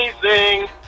amazing